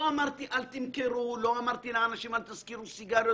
לא אמרתי שלא ימכרו, לא אמרתי שלא יזכירו סיגריות